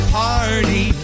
party